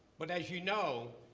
but as you know,